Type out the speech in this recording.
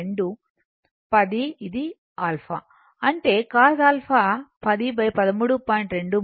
2 10 ఇది α అంటే cos α 10 13